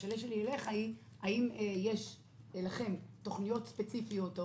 השאלה שלי אליך היא: האם יש לכם תוכניות ספציפיות או